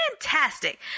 fantastic